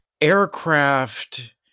aircraft